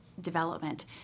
development